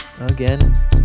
again